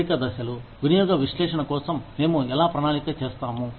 చేరిక దశలు వినియోగ విశ్లేషణ కోసం మేము ఎలా ప్రణాళిక చేస్తాము